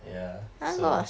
ya so